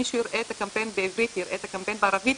מי שיראה את הקמפיין בעברית ואת הקמפיין בערבית,